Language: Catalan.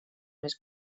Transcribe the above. més